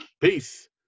Peace